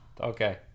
Okay